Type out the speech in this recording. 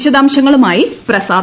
വിശദാംശങ്ങളുമായി പ്രസാദ്